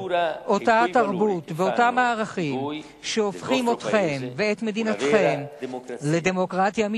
אותה תרבות ואותם ערכים שהופכים אתכם ואת מדינתכם לדמוקרטיה אמיתית,